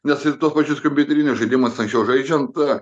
nes ir tuos pačius kompiuterinius žaidimus anksčiau žaidžiant